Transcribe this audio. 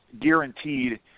guaranteed